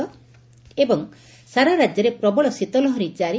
ଏବଂ ସାରା ରାଜ୍ୟରେ ପ୍ରବଳ ଶୀତ ଲହରୀ ଜାରି